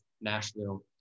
Nashville